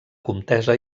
comtessa